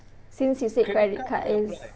since you said credit card is